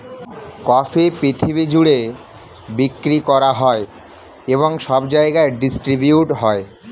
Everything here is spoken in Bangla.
কফি পৃথিবী জুড়ে বিক্রি করা হয় এবং সব জায়গায় ডিস্ট্রিবিউট হয়